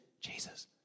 Jesus